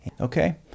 Okay